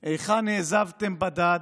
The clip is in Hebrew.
/ איכה נעזבתם בדד,